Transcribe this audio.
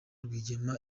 rwigema